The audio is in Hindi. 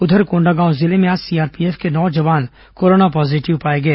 उधर कोंडागांव जिले में आज सीआरपीएफ के नौ जवान कोरोना पॉजीटिव पाए गए